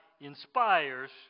inspires